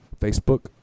Facebook